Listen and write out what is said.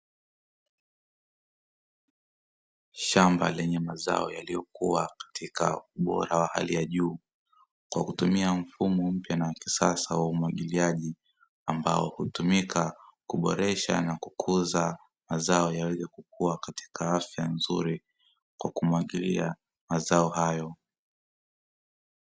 Shamba lenye mazao yaliyokuwa katika ubora wa hali ya juu kwa kutumia mfumo mpya na wa kisasa wa umwagiliaji, ambao hutumika kuboresha na kukuza mazao yaweze kukua katika afya nzuri kwa kumwagilia mazao hayo.